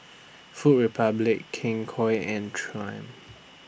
Food Republic King Koil and Triumph